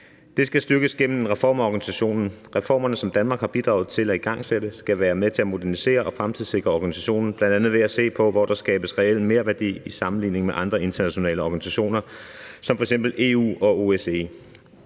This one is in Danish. Det skal styrkes gennem en reform af organisationen. Reformerne, som Danmark har bidraget til at igangsætte, skal være med til at modernisere og fremtidssikre organisationen, bl.a ved at se på, hvor der skabes reel merværdi i sammenligning med andre internationale organisationer som f.eks. EU og OSCE.